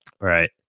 right